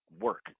work